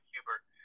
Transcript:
Hubert